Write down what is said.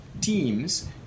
teams